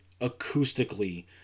acoustically